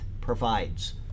provides